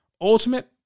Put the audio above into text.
Ultimate